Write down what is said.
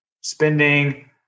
spending